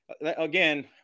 again